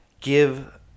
give